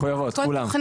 מחוייבות כולן?